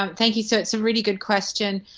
um thank you. so it's a really good question.